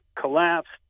collapsed